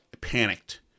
panicked